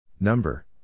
Number